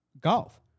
Golf